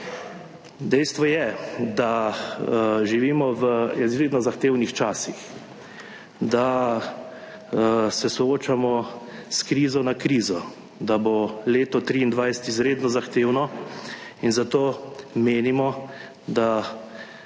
Dejstvo je, da živimo v izredno zahtevnih časih, da se soočamo s krizo na krizo, da bo leto 2023 izredno zahtevno, in zato menimo, da